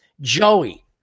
Joey